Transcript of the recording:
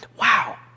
wow